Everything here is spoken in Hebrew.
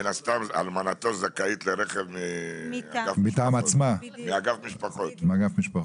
מן הסתם אלמנתו זכאית לרכב מאגף המשפחות.